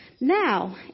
now